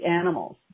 animals